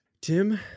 Tim